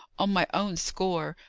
on my own score,